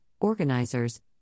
organizers